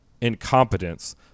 incompetence